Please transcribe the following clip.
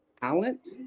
talent